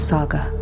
Saga